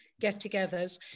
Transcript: get-togethers